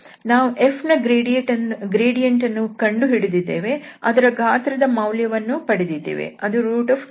ನಾವು f ನ gradient ಅನ್ನು ಕಂಡುಹಿಡಿದಿದ್ದೇವೆ ಅದರ ಗಾತ್ರದ ಮೌಲ್ಯವನ್ನೂ ಪಡೆದಿದ್ದೇವೆ ಅದು 29